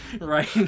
right